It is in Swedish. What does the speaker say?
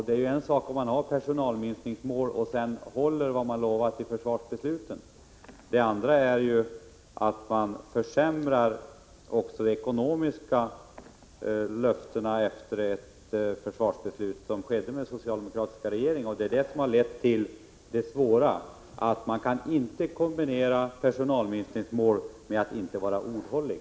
Det är ju en sak om man sätter upp personalminskningsmål och håller vad man har lovat i försvarsbeslut, men det är en annan sak om man också försämrar de ekonomiska villkoren i förhållande till försvarsbeslutets löften, som skedde under den socialdemokratiska regeringen. Det är detta som har lett till svårigheterna. Man kan inte kombinera personalminskningsmål med att inte vara ordhållig.